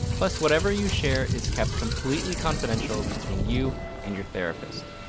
plus, whatever you share is kept completely confidential between you and your therapist.